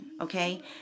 Okay